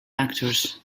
actors